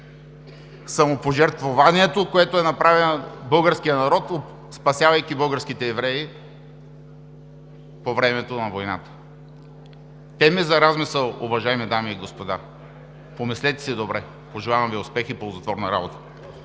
самопожертвованието, което е направил българският народ, спасявайки българските евреи по времето на войната? Теми за размисъл, уважаеми дами и господа. Помислете си добре. Пожелавам Ви успех и ползотворна работа!